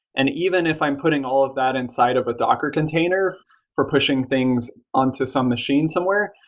and even if i'm putting all of that inside of a docker container for pushing things onto some machine somewhere,